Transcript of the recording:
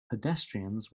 pedestrians